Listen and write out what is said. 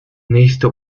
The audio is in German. nächste